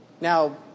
Now